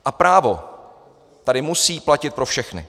A právo tady musí platit pro všechny.